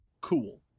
Cool